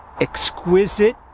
exquisite